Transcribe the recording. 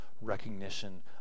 recognition